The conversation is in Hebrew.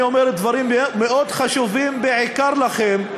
אני אומר דברים חשובים מאוד בעיקר לכם,